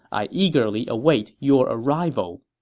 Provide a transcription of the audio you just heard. i eagerly await your arrival.